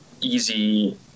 easy